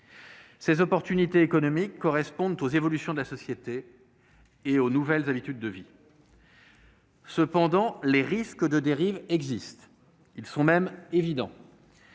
Ces opportunités économiques correspondent aux évolutions de la société et aux nouvelles habitudes de vie. Cependant, les risques de dérives existent ; ils sont même évidents.